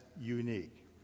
unique